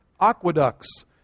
aqueducts